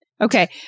Okay